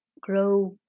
grow